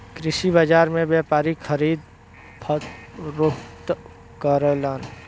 कृषि बाजार में व्यापारी खरीद फरोख्त करलन